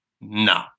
No